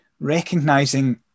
recognizing